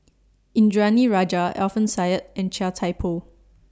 Indranee Rajah Alfian Sa'at and Chia Thye Poh